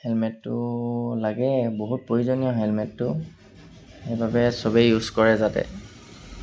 হেলমেটটো লাগে বহুত প্ৰয়োজনীয় হেলমেটটো সেইবাবে চবেই ইউজ কৰে যাতে